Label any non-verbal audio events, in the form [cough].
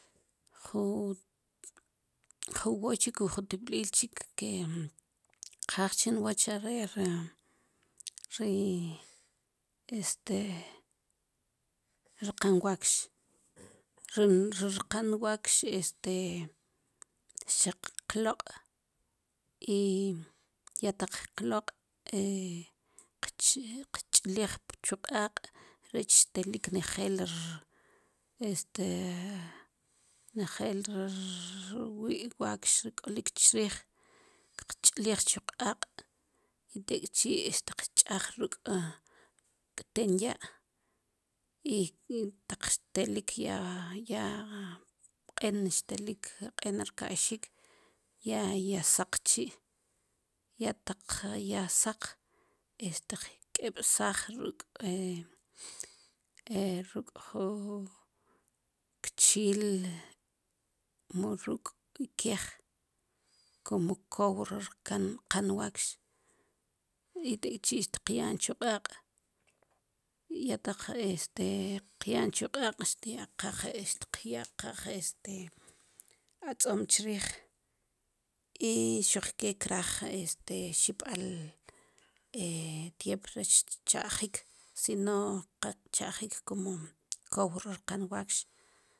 Ju ju woy chik wu jun timb'iij chik kqaaj chin woch are' ri este rqan wakx ri rqan wakx este xaq qloq' i ya taq qloq' [hesitation] qch'lij chu q'aaq' rech telik nejel [hesitation] este nejeel ri rwi' wakx ri k'olik chriij xtiqch'lij chu q'aq' i tek'chi' teqch' xteqch'aj ruk' k'tenya' i taq telik ya ya q'en xtelik q'en rka'yxik ya saq chi ya taq ya saq este teq keb'saaj ruk' [hesitation] ruk' ju kchiil mu ruk' ikej como kow ri rkan rqan wakx i tek' chi teqya'n chu q'aq' i ya taq este tqya'n chu q'aq' teqyaqaj tqyaqaj este atz'om chriij i xuk ke kraaj este xib'al [hesitation] tiemp rech tcha'jik sino qa tchajik como kow ri rqan wakx